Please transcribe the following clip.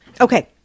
Okay